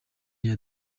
rya